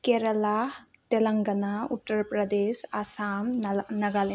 Kerala Telangana Uttar Pradesh Assam Nagaland